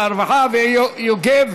הרווחה והבריאות,